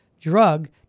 drug